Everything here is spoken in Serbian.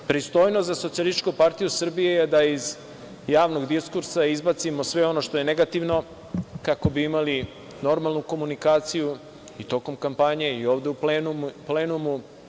Pristojnost za SPS je da iz javnog diskursa izbacimo sve ono što je negativno kako bi imali normalnu komunikaciju i tokom kampanje i ovde u plenumu.